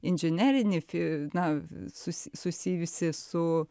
inžinerinį fi na sus susijusį su